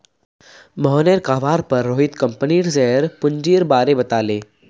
मोहनेर कहवार पर रोहित कंपनीर शेयर पूंजीर बारें बताले